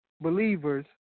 Believers